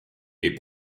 est